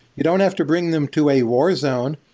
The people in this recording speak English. you don't have to bring them to a warzone,